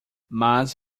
mas